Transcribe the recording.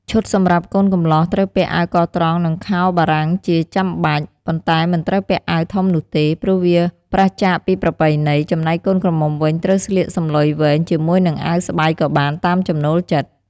ឈុតសំរាប់កូនកំលោះ ត្រូវពាក់អាវកត្រង់និងខោបារាំងជាចាំបាច់ ប៉ុនែ្តមិនត្រូវពាក់អាវធំនោះទេ ព្រោះវាប្រាសចាកពីប្រពៃណី ចំណែកកូនក្រមុំវិញ ត្រូវស្លៀកសំឡុយវែង ជាមួយនឹងអាវស្បៃក៏បាន តាមចំណូលចិត្ត។